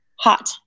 Hot